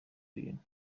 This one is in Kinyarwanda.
ibintu